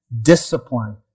discipline